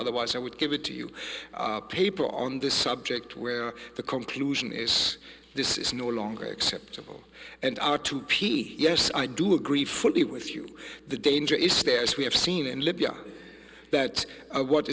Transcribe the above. otherwise i would give it to you paper on this subject where the conclusion is this is no longer acceptable and r two p yes i do agree fully with you the danger is stairs we have seen in libya that what